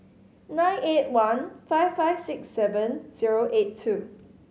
nine eight one five five six seven zero eight two